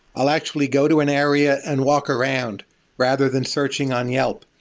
i'll actually go to an area and walk around rather than searching on yelp.